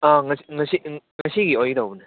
ꯑꯥ ꯉꯁꯤꯒꯤ ꯑꯣꯏꯒꯗꯧꯕꯅꯦ